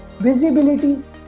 visibility